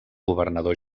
governador